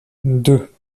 deux